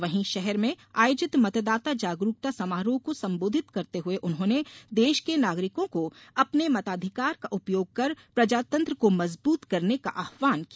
वहीं शहर में आयोजित मतदाता जागरूकता समारोह को संबोधित करते हुए उन्होंने देश के नागरिकों को अपने मताधिकार का उपयोग कर प्रजातंत्र को मजबूत करने का आहवान किया